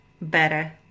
better